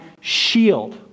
shield